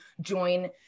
join